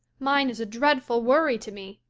mine is a dreadful worry to me.